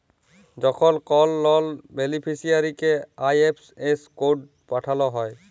যখল কল লল বেলিফিসিয়ারিকে আই.এফ.এস কড পাঠাল হ্যয়